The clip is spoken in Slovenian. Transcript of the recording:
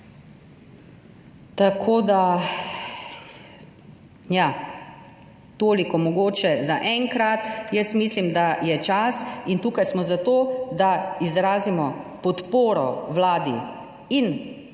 Tako da ja. Toliko mogoče zaenkrat. Jaz mislim, da je čas in tukaj smo za to, da izrazimo podporo Vladi in ostalim